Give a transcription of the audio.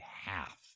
half